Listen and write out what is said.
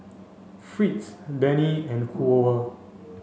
Fritz Dennie and Hoover